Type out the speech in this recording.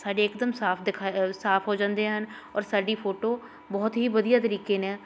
ਸਾਡੇ ਇਕਦਮ ਸਾਫ ਦਿਖਾ ਸਾਫ ਹੋ ਜਾਂਦੇ ਹਨ ਔਰ ਸਾਡੀ ਫੋਟੋ ਬਹੁਤ ਹੀ ਵਧੀਆ ਤਰੀਕੇ ਨੇ